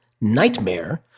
nightmare